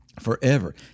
forever